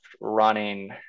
running